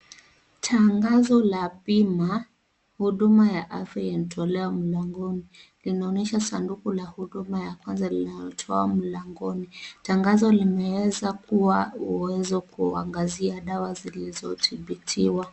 Tangazo la bima. Huduma ya afya linatolewa mlangoni. Linaonyesha sanduku la huduma ya kwanza linalotolewa mlangoni. Tangazo limeweza kuwa uwezo kuangaaia dawa zilizodhibitiwa.